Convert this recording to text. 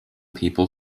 people